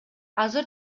азыр